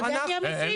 אתה יודע מי המפיק?